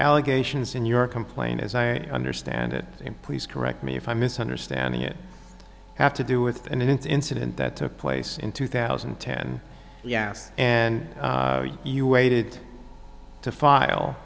allegations in your complaint as i understand it in police correct me if i'm misunderstanding it have to do with and it's incident that took place in two thousand and ten yes and you waited to file